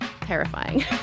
terrifying